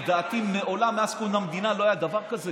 לדעתי, מעולם, מאז קום המדינה, לא היה דבר כזה